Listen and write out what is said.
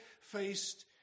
faced